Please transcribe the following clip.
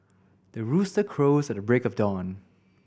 the rooster crows at the break of dawn